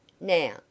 Now